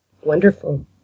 Wonderful